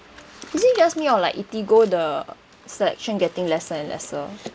is it just me or like Eatigo the section getting lesser and lesser